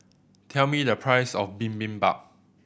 tell me the price of Bibimbap